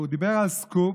הוא דיבר על סקופ,